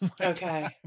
Okay